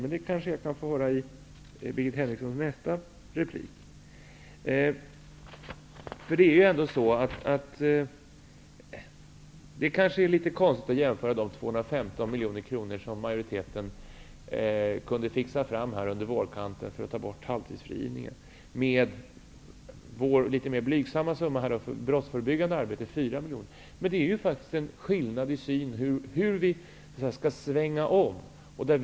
Men det kanske jag kan få höra i Det är kanske litet konstigt att jämföra de 215 miljoner kronor som majoriteten lyckades fixa fram under vårkanten för att det skulle vara möjligt att ta bort halvtidsfrigivningen med vår litet mera blygsamma summa 4 miljoner kronor för det brottsförebyggande arbetet. Men det råder en skillnad i synen på hur ''omsvängningen'' skall gå till.